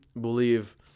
believe